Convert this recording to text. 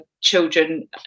children